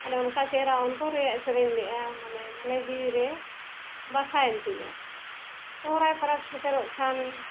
ᱢᱟᱱᱮ ᱚᱱᱠᱟ ᱪᱮᱦᱨᱟ ᱚᱱᱛᱚᱨ ᱨᱮᱭᱟᱜ ᱮ ᱥᱮᱨᱮᱧ ᱞᱮᱜᱼᱟ ᱢᱟᱱᱮ ᱢᱚᱱᱮ ᱡᱤᱣᱤᱨᱮ ᱵᱟᱥᱟᱭᱮᱱ ᱛᱤᱧᱟᱹ ᱥᱚᱦᱨᱟᱭ ᱯᱚᱨᱚᱵᱽ ᱥᱮᱴᱮᱨᱚᱜ ᱠᱷᱟᱱ